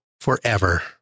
forever